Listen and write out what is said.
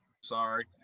sorry